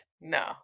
No